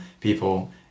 people